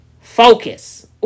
Focus